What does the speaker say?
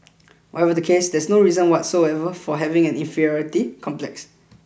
whatever the case there's no reason whatsoever for having an inferiority complex